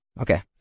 Okay